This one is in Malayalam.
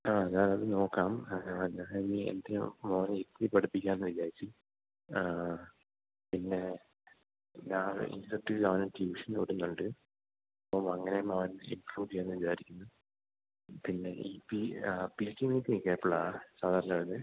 ആ ഞാനതു നോക്കാം ഞാനേ എൻ്റെ മകനെ ഇരുത്തി പഠിപ്പിക്കാമെന്നു വിചാരിച്ചു പിന്നെ ഞാന് ഇനി തൊട്ടവനെ ട്യൂഷനു വിടുന്നുണ്ട് അപ്പോഴങ്ങനെ അവനെ ഇമ്പ്രൂവ്വിയ്യാമെന്നു വിചാരിക്കിന്നു പിന്നെയീ ഇപ്പോഴീ പി ടി എ മീറ്റിംഗൊക്കെ എപ്പോഴാണു സാധാരണ വരുന്നത്